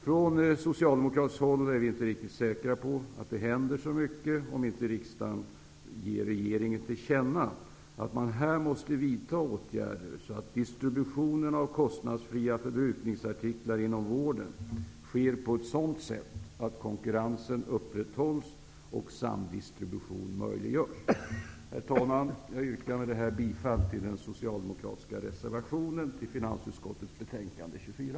Från socialdemokratiskt håll är vi inte riktigt säkra på att det händer så mycket, om inte riksdagen ger regeringen till känna att man här måste vidta åtgärder, så att distributionen av kostnadsfria förbrukningsartiklar inom vården sker på ett sådant sätt att konkurrensen upprätthålls och samdistribution möjliggörs. Herr talman! Jag yrkar bifall till den socialdemokratiska reservationen till finansutskottets betänkande nr 24.